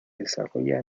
desarrolla